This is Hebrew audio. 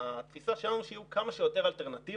והתפיסה שלנו היא שיהיו כמה שיותר אלטרנטיבות